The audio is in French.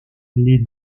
les